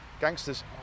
Gangsters